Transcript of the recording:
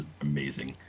amazing